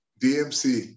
DMC